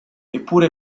eppure